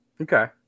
Okay